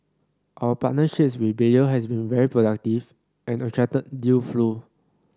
our partnership with Bayer has been very productive and attracted deal flow